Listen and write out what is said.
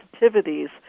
sensitivities